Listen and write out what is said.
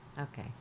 Okay